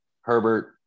Herbert